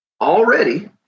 already